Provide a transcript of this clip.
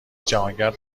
جهانگرد